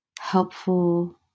helpful